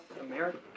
America